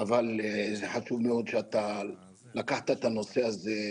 אבל חשוב מאוד שלקחת את הנושא הזה,